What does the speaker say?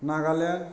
Nagaland